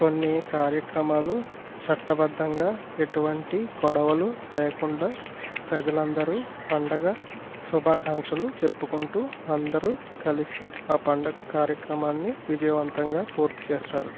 కొన్ని కార్యక్రమాలు చట్టబద్దంగా ఎటువంటి గొడవలు లేకుండా ప్రజలు అందరు పండుగ శుభాకాంక్షలు చెప్పుకుంటు అందరు కలిసి ఆ పండుగ కార్యక్రమాన్ని విజయవంతంగా పూర్తి చేస్తారు